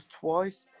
twice